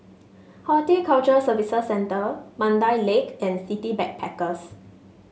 Horticulture Services Centre Mandai Lake and City Backpackers